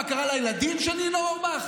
מה קרה לילדים של ניר אורבך?